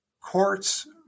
courts